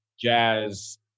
jazz